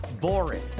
boring